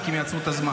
רק אם יעצרו את הזמן.